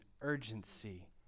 urgency